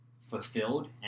fulfilled